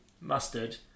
mustard